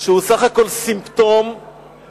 שהוא בסך הכול סימפטום של